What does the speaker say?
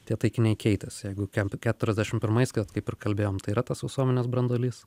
tie taikiniai keitėsi jeigu kem keturiasdešimt pirmais kad kaip ir kalbėjom tai yra tas visuomenės branduolys